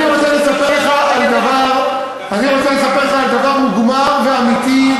אני רוצה לספר לך על דבר מוגמר ואמיתי,